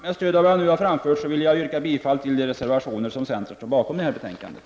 Med stöd av vad jag nu har framfört vill jag yrka bifall till de reservationer som centerpartiet står bakom i betänkandet.